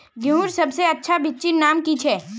गेहूँर सबसे अच्छा बिच्चीर नाम की छे?